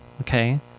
Okay